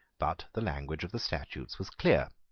but the language of the statutes was clear.